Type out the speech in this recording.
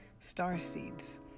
starseeds